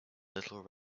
little